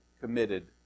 committed